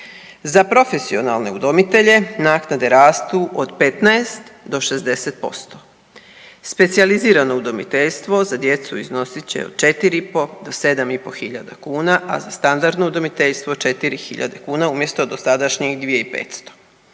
Za profesionalne udomitelje naknade rastu od 15 do 60%. Specijalizirano udomiteljstvo za djecu iznosit će od 4.500 do 7.500 kuna, a za standardno udomiteljstvo 4.000 kuna umjesto dosadašnjih 2.500.